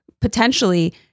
potentially